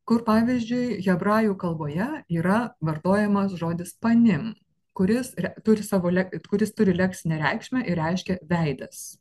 kur pavyzdžiui hebrajų kalboje yra vartojamas žodis panim kuris turi savo lek kuris turi leksinę reikšmę ir reiškia veidas